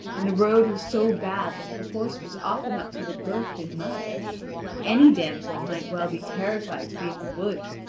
and the road was so bad that her horse was often up to the girth in mud any damsel might well be terrified to be in the woods,